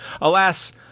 Alas